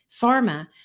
pharma